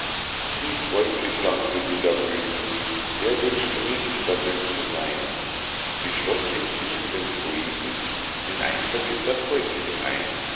wie freundlich dankte sie damöten wer wünschte nicht damöt zu seyn sie schloß den fliegenden poeten in ein vergittert häuschen ein